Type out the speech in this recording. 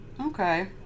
okay